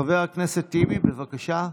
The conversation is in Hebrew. חבר הכנסת טיבי, בבקשה.